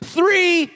Three